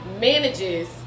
manages